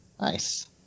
Nice